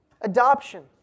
Adoption